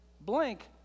blank